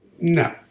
No